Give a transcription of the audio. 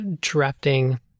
drafting